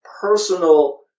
personal